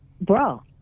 bro